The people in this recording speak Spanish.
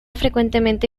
frecuentemente